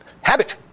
habit